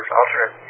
alternate